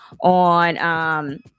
on